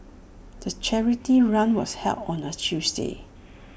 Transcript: the charity run was held on A Tuesday